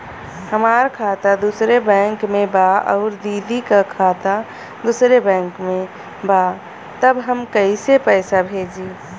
हमार खाता दूसरे बैंक में बा अउर दीदी का खाता दूसरे बैंक में बा तब हम कैसे पैसा भेजी?